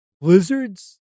blizzards